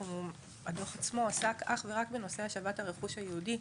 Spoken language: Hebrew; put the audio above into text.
הדוח עצמו עסק אך ורק בנושא השבת הרכוש היהודי.